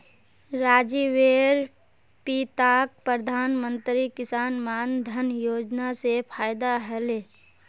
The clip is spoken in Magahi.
राजीवेर पिताक प्रधानमंत्री किसान मान धन योजना स फायदा ह ले